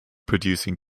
producing